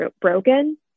broken